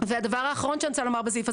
הדבר האחרון שאני רוצה לומר,